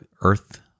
earth